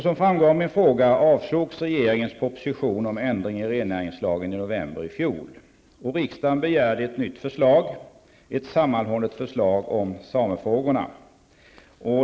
Som framgår av min fråga avslogs regeringens proposition om ändring i rennäringslagen i november i fjol. Riksdagen begärde ett nytt förslag, ett sammanhållet förslag om samefrågorna.